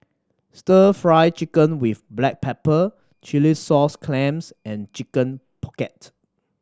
Stir Fry Chicken with black pepper chilli sauce clams and Chicken Pocket